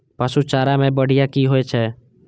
पशु चारा मैं बढ़िया की होय छै?